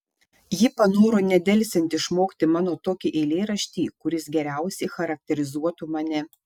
ji panoro nedelsiant išmokti mano tokį eilėraštį kuris geriausiai charakterizuotų mane